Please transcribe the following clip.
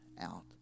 out